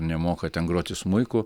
nemoka ten groti smuiku